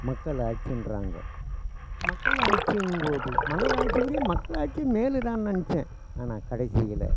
மக்கள் ஆட்சின்றாங்க மக்கள் ஆட்சின்னும் போது மன்னர் ஆட்சிப்படியே மக்கள் ஆட்சி மேல் தான்னு நினச்சேன் ஆனால் கடைசியில்